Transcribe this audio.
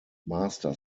master